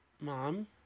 mom